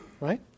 Right